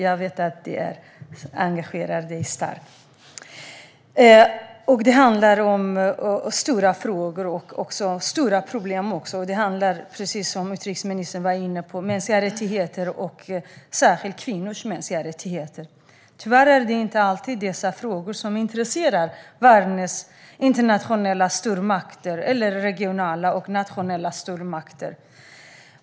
Jag vet att det engagerar utrikesministern starkt. Det handlar om stora frågor och även om stora problem. Det handlar, precis som utrikesministern var inne på, om mänskliga rättigheter, särskilt kvinnors mänskliga rättigheter. Tyvärr är det inte alltid dessa frågor som intresserar världens internationella, regionala eller nationella stormakter.